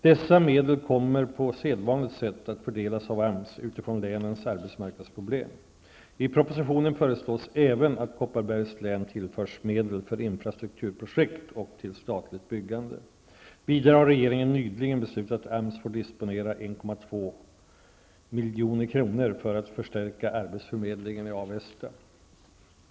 Dessa medel kommer, på sedvanligt sätt, att fördelas av AMS propositionen föreslås även att Kopparbergs län tillförs medel för infrastrukturprojekt och till statligt byggande. Vidare har regeringen nyligen beslutat att AMS får disponera 1,2 milj.kr. för att förstärka arbetsförmedlingen i Avesta.